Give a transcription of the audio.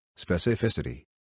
specificity